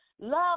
Love